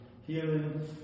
healing